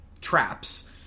traps